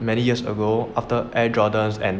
many years ago after air jordans and